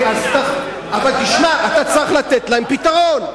אבל אתה צריך לתת להם פתרון.